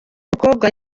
umukobwa